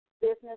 business